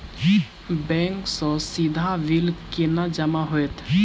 Bank सँ सीधा bill केना जमा होइत?